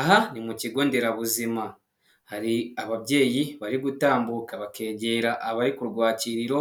Aha ni mu kigo nderabuzima. Hari ababyeyi bari gutambuka, bakegera abari ku rwakiriro,